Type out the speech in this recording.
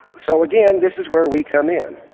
so again, this is where we come in.